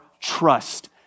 trust